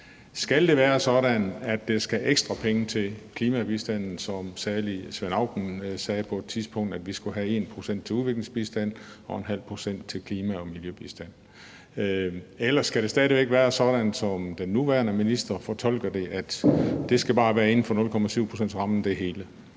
Skal det være sådan, at der skal være ekstra penge til klimabistanden? Som salig Svend Auken sagde på et tidspunkt: Vi skal have 1 pct. til udviklingsbistand og 0,5 pct. til klima- og miljøbistand. Eller skal det stadig væk være sådan, som den nuværende minister fortolker det, nemlig at det hele bare skal være inden for 0,7-procentsrammen?